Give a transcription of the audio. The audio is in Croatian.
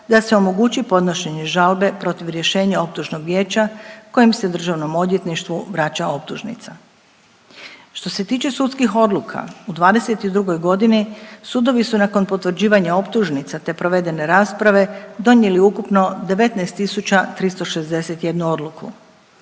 da se omogući podnošenje žalbe protiv rješenja optužnog vijeća kojim se Državnom odvjetništvu vraća optužnica. Što se tiče sudskih odluka u '22. godini sudovi su nakon potvrđivanja optužnica te provedene rasprave donijeli ukupno 19.361 odluku.